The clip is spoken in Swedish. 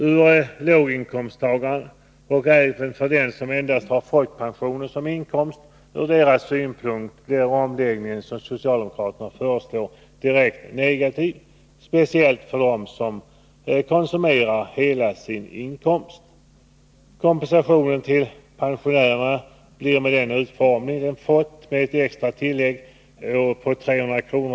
Ur låginkomsttagarens synpunkt, och även för den som endast har folkpension som inkomst, blir den omläggning som socialdemokraterna föreslår direkt negativ, speciellt om vederbörande konsumerar hela sin inkomst. Kompensationen till pensionärerna blir med den utformning den fått med ett extra tillägg på 300 kr.